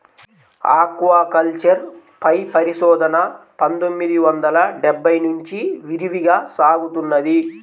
aquaculture పై పరిశోధన పందొమ్మిది వందల డెబ్బై నుంచి విరివిగా సాగుతున్నది